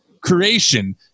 creation